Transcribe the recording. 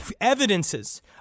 evidences